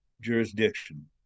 jurisdiction